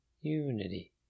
Unity